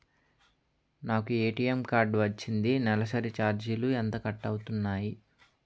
నాకు ATM card వచ్చింది నెలసరి ఛార్జీలు ఎంత కట్ అవ్తున్నాయి?